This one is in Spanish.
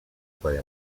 por